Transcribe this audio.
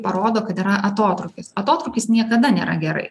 parodo kad yra atotrūkis atotrūkis niekada nėra gerai